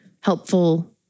helpful